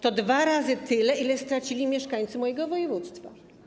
To dwa razy tyle, ile stracili mieszkańcy mojego województwa.